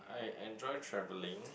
I enjoy travelling